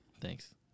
Thanks